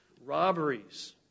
robberies